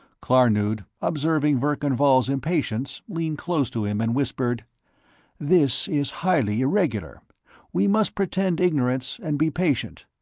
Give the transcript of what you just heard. klarnood, observing verkan vall's impatience, leaned close to him and whispered this is highly irregular we must pretend ignorance and be patient.